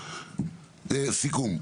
סיכום,